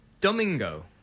Domingo